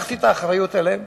לקחתי את האחריות עליהם,